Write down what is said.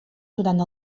durant